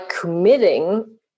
committing